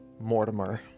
Mortimer